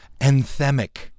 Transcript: anthemic